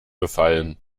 befallen